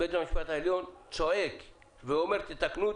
בית המשפט העליון צועק ואומר תתקנו,